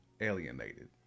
alienated